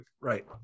Right